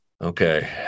okay